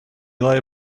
lay